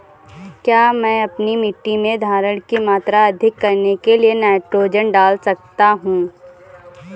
क्या मैं अपनी मिट्टी में धारण की मात्रा अधिक करने के लिए नाइट्रोजन डाल सकता हूँ?